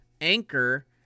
Anchor